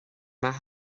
maith